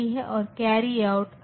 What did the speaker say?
तो 55 यह बिट 1 होना चाहिए